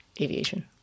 aviation